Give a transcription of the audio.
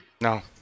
No